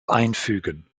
einfügen